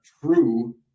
true